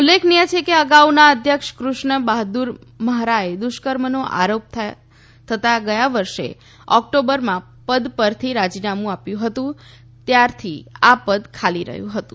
ઉલ્લેખનિય છે કે અગાઉના અધ્યક્ષ કૃષ્ણ બહાદુર મહારાએ દુષ્કર્મનો આરોપ થતા ગયા વર્ષે ઓક્ટોબરમાં પદ પરથી રાજીનામું આપ્યું હતું ત્યારથી આ પદ ખાલી હતું